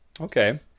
Okay